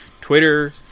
Twitter